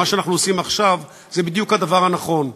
מה שאנחנו עושים עכשיו זה בדיוק הדבר הנכון,